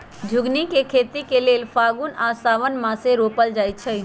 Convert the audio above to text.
झिगुनी के खेती लेल फागुन आ साओंन मासमे रोपल जाइ छै